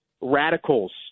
radicals